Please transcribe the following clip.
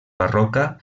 barroca